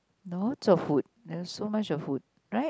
lots of food there are so much of food right